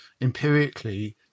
empirically